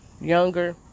younger